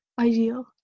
ideal